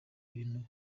ibintu